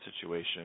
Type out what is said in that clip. situation